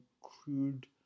crude